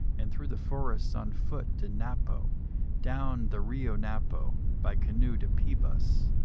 and through the forest on foot to napo down the rio napo by canoe to pebas,